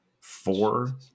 Four